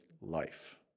life